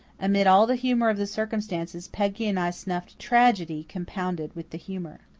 amid all the humour of the circumstances peggy and i snuffed tragedy compounded with the humour.